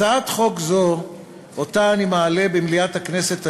הצעת חוק זו שאני מעלה במליאת הכנסת היום,